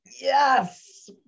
yes